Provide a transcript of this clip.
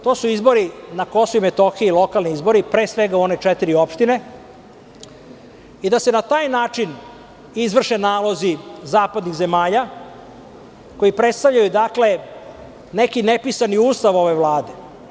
To su izbori na Kosovu i Metohiji, lokalni izbori, pre svega u one četiri opštine i da se na taj način izvrše nalozi zapadnih zemalja koji predstavljaju neki nepisani Ustav ove Vlade.